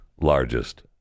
largest